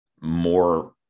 more